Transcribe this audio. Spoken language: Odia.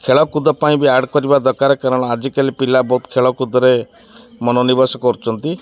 ଖେଳକୁଦ ପାଇଁ ବି ଆଡ଼ କରିବା ଦରକାର କାରଣ ଆଜିକାଲି ପିଲା ବହୁତ ଖେଳକୁଦରେ ମନୋନିବେସ କରୁଛନ୍ତି